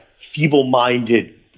feeble-minded